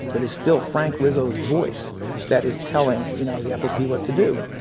it is still frank rizzo's voice that is telling, you know, the fop what to do.